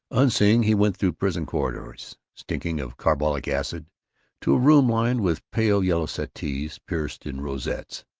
unseeing he went through prison corridors stinking of carbolic acid to a room lined with pale yellow settees pierced in rosettes,